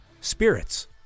Spirits